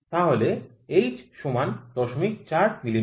তাহলে h সমান ০৪ মিমি